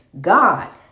God